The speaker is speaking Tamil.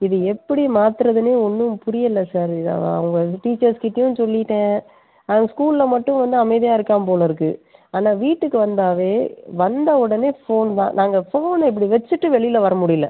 இது எப்படி மாற்றுறதுனே ஒன்றும் புரியலை சார் இதை அவங்க டீச்சர்ஸ்கிட்டையும் சொல்லிட்டேன் அவன் ஸ்கூல்லில் மட்டும் வந்து அமைதியாக இருக்கான் போல இருக்குது ஆனால் வீட்டுக்கு வந்தாவே வந்த உடனே ஃபோன் தான் நாங்கள் ஃபோனை இப்படி வெச்சுட்டு வெளியில் வர முடியிலை